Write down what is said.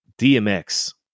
DMX